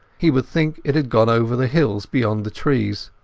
he would think it had gone over the hill beyond the trees.